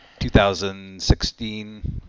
2016